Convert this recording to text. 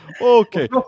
okay